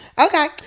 okay